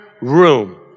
room